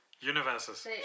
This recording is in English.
universes